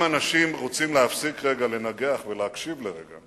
ואם אנשים רוצים להפסיק רגע לנגח ולהקדיש רגע,